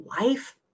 life